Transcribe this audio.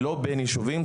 ולא בין יישובים,